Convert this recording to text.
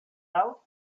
out